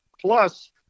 Plus